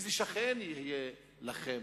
איזה שכן יהיה לכם?